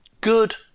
good